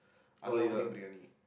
Alauddin-Briyani